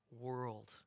world